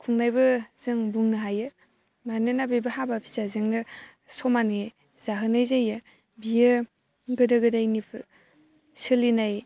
खुंनायबो जों बुंनो हायो मानोना बेबो हाबा फिसाजोंनो समानै जाहोनाय जायो बियो गोदो गोदायनि सोलिनाय